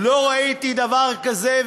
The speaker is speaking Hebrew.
אדוני ראש הממשלה,